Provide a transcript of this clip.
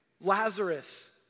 Lazarus